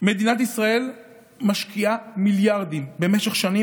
מדינת ישראל משקיעה מיליארדים במשך שנים